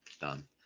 done